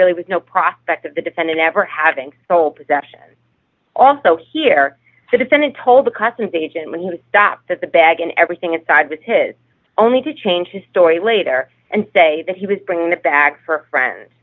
really with no prospect of the defendant ever having sole possession also here the defendant told the customs agent when he stopped that the bag and everything inside with his only to change his story later and say that he was bringing the bag for a friend